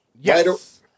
yes